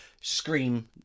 Scream